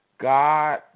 God